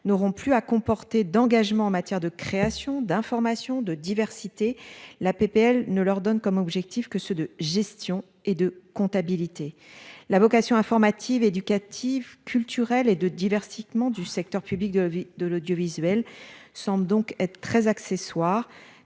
n'auront plus à comporter d'engagements en matière de création d'information de diversité. La PPL ne leur donne comme objectif que ceux de gestion et de comptabilité. La vocation informative éducative, culturelle et de divertissement du secteur public de la vie de l'audiovisuel semble donc être très accessoire